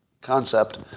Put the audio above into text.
concept